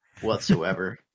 whatsoever